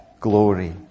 glory